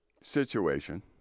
situation